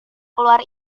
keluar